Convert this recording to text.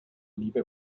liebe